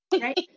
right